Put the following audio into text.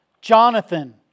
Jonathan